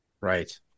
Right